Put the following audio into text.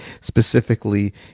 specifically